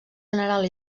general